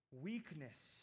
Weakness